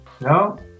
No